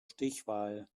stichwahl